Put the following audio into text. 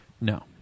No